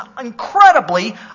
incredibly